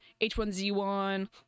H1Z1